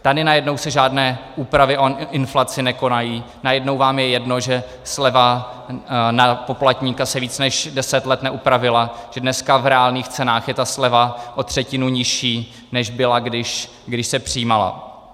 Tady najednou se žádné úpravy o inflaci nekonají, najednou vám je jedno, že sleva na poplatníka se víc než 10 let neupravila, že dneska v reálných cenách je ta sleva o třetinu nižší, než byla když, se přijímala.